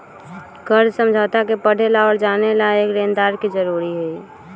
कर्ज समझौता के पढ़े ला और जाने ला एक लेनदार के जरूरी हई